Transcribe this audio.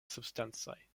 substancoj